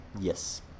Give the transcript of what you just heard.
yes